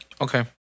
Okay